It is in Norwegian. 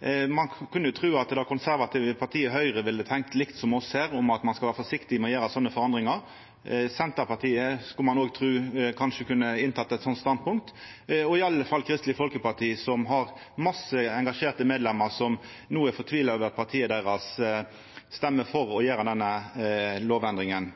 Ein kunne tru at det konservative partiet Høgre ville tenkt likt som oss her, at ein skal vera forsiktig med å gjera sånne forandringar. Senterpartiet skulle ein òg tru kanskje kunne ha teke eit sånt standpunkt, og i alle fall Kristeleg Folkeparti, som har masse engasjerte medlemer som no er fortvila over at partiet deira stemmer for å gjera denne lovendringa.